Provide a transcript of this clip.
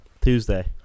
Tuesday